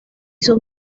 sus